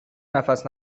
نفس